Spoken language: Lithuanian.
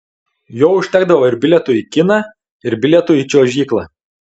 jo užtekdavo ir bilietui į kiną ir bilietui į čiuožyklą